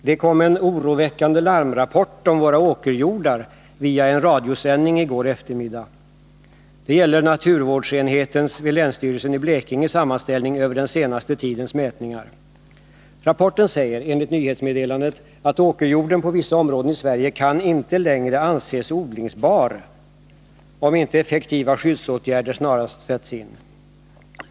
Herr talman! Det kom en oroväckande larmrapport om våra åkerjordar via en radiosändning i går eftermiddag. Det gäller naturvårdsenhetens vid länsstyrelsen i Blekinge sammanställning över den senaste tidens mätningar. Rapporten säger — enligt nyhetsmeddelandet — att åkerjorden på vissa områden i Sverige inte längre kan anses odlingsbar, om inte effektiva skyddsåtgärder snarast sätts in.